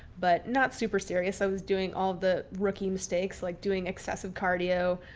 but not super serious. i was doing all the rookie mistakes, like doing excessive cardio,